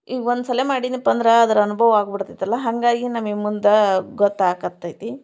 ಈಗ ಒಂದು ಸಲ ಮಾಡಿದ್ದನಪ್ಪ ಅಂದ್ರೆ ಅದ್ರ ಅನುಭವಾಗ್ಬಿಡ್ತೈತಲ್ಲಾ ಹಾಗಾಗಿ ನಮಿಗೆ ಮುಂದೆ ಗೊತ್ತಾಗಕತ್ತೈತೆ